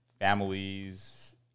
families